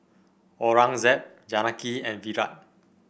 Aurangzeb Janaki and Virat